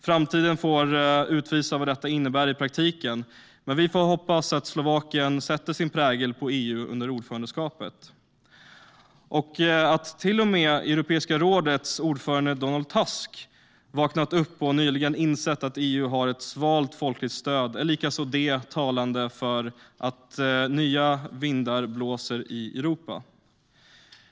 Framtiden får utvisa vad detta innebär i praktiken, men vi får hoppas att Slovakien sätter sin prägel på EU under ordförandeskapet. Att till och med Europeiska rådets ordförande Donald Tusk vaknat upp och nyligen insett att EU har ett svalt folkligt stöd är likaså det talande för att nya vindar blåser i Europa.